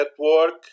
network